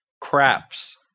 craps